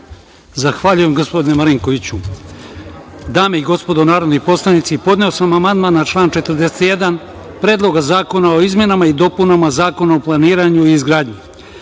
Zahvaljujem, gospodine Marinkoviću. Dame i gospodo narodni poslanici, podneo sam amandman na član 41. Predloga zakona o izmenama i dopunama Zakona o planiranju i izgradnji.